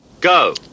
go